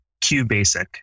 QBasic